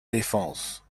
défense